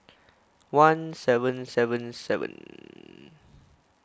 one seven seven seven